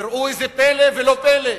וראו זה פלא, ולא פלא,